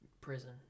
prison